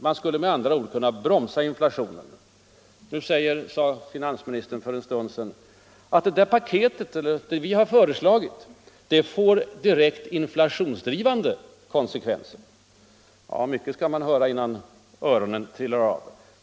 Man skulle med andra ord kunna bromsa inflationen. Nu påstod finansministern för en stund sedan att vårt förslag skulle få direkt inflationsdrivande konsekvenser. Ja, mycket skall man höra innan öronen trillar av.